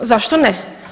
Zašto ne?